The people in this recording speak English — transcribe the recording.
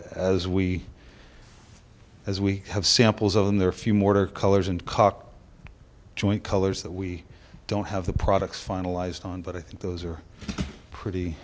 as we as we have samples of them there are few mortar colors and caulk joint colors that we don't have the products finalized on but i think those are pretty